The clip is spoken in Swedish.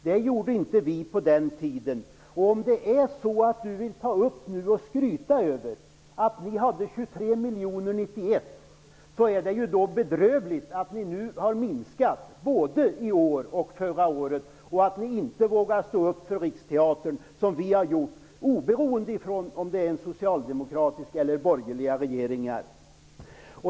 Det gjorde inte vi på den tiden. Om Carl-Johan Wilson nu vill skryta med att ni hade 23 miljoner kronor 1991, är det bedrövligt att ni har minskat anslaget både i år och förra året och att ni inte vågar stå upp för Riksteatern, vilket vi har gjort oberoende av om det varit socialdemokratiska eller borgerliga regeringar.